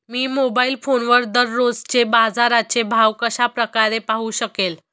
मी mobile फोनवर दररोजचे बाजाराचे भाव कशा प्रकारे पाहू शकेल?